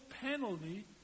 penalty